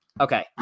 Okay